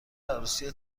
عروسی